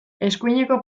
eskuineko